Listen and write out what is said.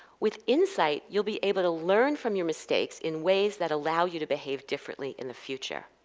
with insight, you will be able to learn from your mistakes in ways that allow you to behave differently in the future.